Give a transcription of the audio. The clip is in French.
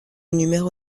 numéro